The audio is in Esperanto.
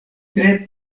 tre